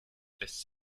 lässt